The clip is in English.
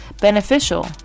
beneficial